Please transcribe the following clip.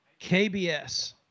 KBS